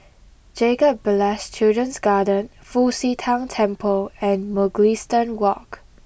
Jacob Ballas Children's Garden Fu Xi Tang Temple and Mugliston Walk